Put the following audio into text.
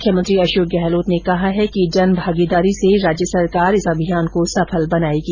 मुख्यमंत्री अशोक गहलोत ने कहा है कि जनभागीदारी से राज्य सरकार इस अभियान को सफल बनाएगी